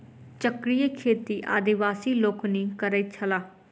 चक्रीय खेती आदिवासी लोकनि करैत छलाह